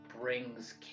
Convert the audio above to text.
brings